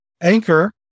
anchor